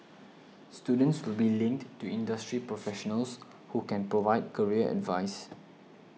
students will be linked to industry professionals who can provide career advice